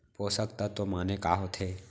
पोसक तत्व माने का होथे?